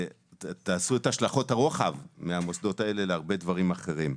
תעשו את השלכות הרוחב מהמוסדות האלה להרבה דברים אחרים.